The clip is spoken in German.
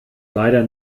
leider